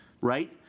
Right